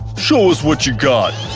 show us what you got.